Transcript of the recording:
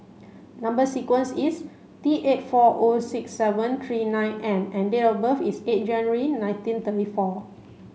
number sequence is T eight four O six seven three nine M and date of birth is eight January nineteen thirty four